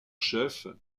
chef